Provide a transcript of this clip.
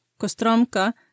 Kostromka